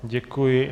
Děkuji.